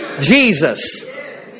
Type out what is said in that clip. Jesus